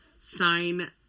sign